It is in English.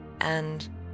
and